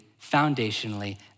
foundationally